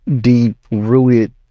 deep-rooted